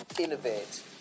Innovate